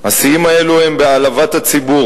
השיאים האלו הם בהעלבת הציבור,